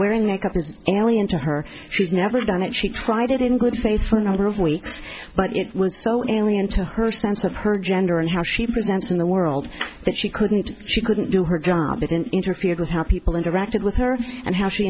an alien to her she's never done it she tried it in good faith for a number of weeks but it was so alien to her sense of her gender and how she presents in the world that she couldn't she couldn't do her job in interfered with how people interacted with her and how she